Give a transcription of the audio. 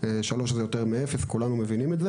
לנשים חרדיות.